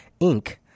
Inc